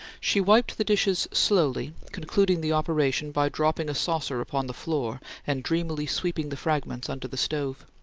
she wiped the dishes slowly, concluding the operation by dropping a saucer upon the floor and dreamily sweeping the fragments under the stove.